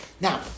now